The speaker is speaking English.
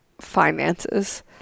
finances